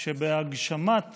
שבהגשמת